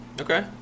Okay